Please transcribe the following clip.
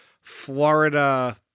Florida